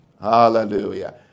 Hallelujah